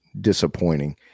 disappointing